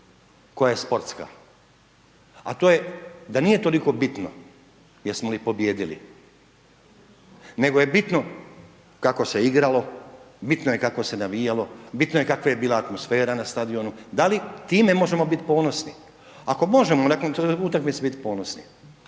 koja je sportska a to je da nije toliko bitno jesmo li pobijedili, nego je bitno kako se igralo, bitno je kako se navijalo, bitno je kakva je bila atmosfera na stadionu, da li time mi možemo biti ponosni. Ako možemo nakon utakmice biti ponosni